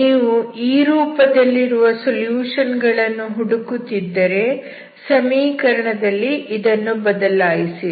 ನೀವು ಈ ರೂಪದಲ್ಲಿರುವ ಸೊಲ್ಯೂಷನ್ ಗಳನ್ನು ಹುಡುಕುತ್ತಿದ್ದರೆ ಸಮೀಕರಣದಲ್ಲಿ ಇದನ್ನು ಬದಲಾಯಿಸಿರಿ